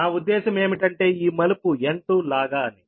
నా ఉద్దేశం ఏమిటంటే ఈ మలుపు N2లాగా అని